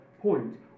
point